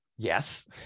Yes